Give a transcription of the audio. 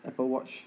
apple watch